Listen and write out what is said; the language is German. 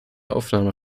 aufnahme